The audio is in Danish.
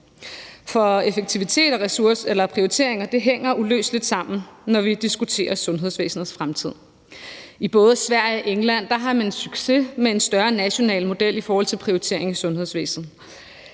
For effektivitet og prioriteringer hænger uløseligt sammen, når vi diskuterer sundhedsvæsenets fremtid. I både Sverige og England har man succes med en større national model i forhold til prioritering i sundhedsvæsenet.